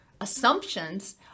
assumptions